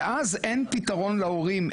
ואז אין פתרון להורים,